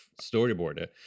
storyboard